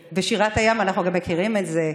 בשירת הים אנחנו גם מכירים את זה,